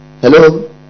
hello